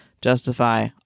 justify